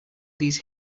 these